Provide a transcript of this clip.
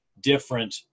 different